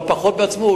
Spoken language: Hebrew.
אבל פחות בעצמו,